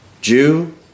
Jew